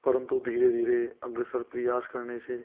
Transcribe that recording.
परंतु धीरे धीरे अग्रसर प्रयास करने से